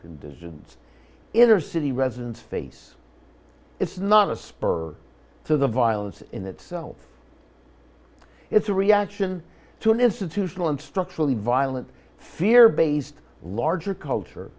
conditions inner city residents face it's not a spur to the violence in itself it's a reaction to an institutional and structurally violent fear based larger culture